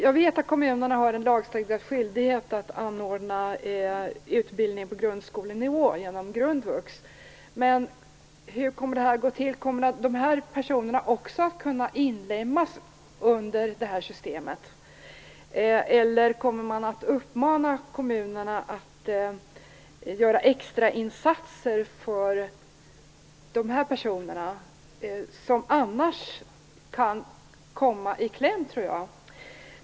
Jag vet att kommunerna har en lagstadgad skyldighet att anordna utbildning på grundskolenivå genom Grundvux, men hur kommer det här att gå till? Kommer också de här personerna att kunna inlemmas i detta system, eller kommer man att uppmana kommunerna att göra extrainsatser för dessa personer, som jag tror annars kan komma i kläm?